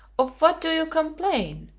of what do you complain?